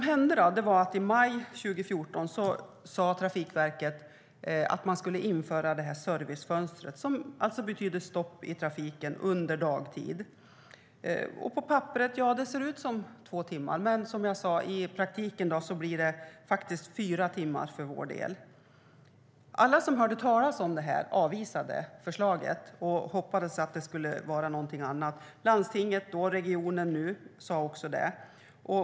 I maj 2014 sa Trafikverket att man skulle införa detta servicefönster, vilket betyder stopp i trafiken under dagtid. På papperet ser det ut som två timmar, men i praktiken blir det som sagt fyra timmar. Alla som hörde talas om förslaget avvisade det och hoppades att det skulle vara något annat. Dåvarande landstinget, nuvarande regionen, sa också det.